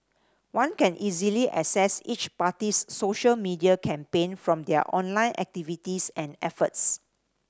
one can easily assess each party's social media campaign from their online activities and efforts